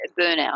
burnout